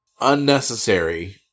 unnecessary